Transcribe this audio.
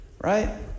right